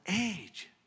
age